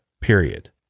period